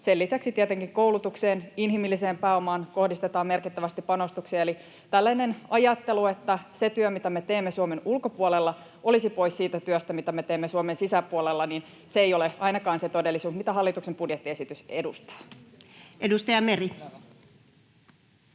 Sen lisäksi tietenkin koulutukseen, inhimilliseen pääomaan, kohdistetaan merkittävästi panostuksia. Eli tällainen ajattelu, että se työ, mitä me teemme Suomen ulkopuolella, olisi pois siitä työstä, mitä me teemme Suomen sisäpuolella, ei ole ainakaan se todellisuus, mitä hallituksen budjettiesitys edustaa. Edustaja Meri.